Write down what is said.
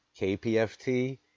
KPFT